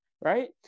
right